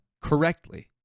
correctly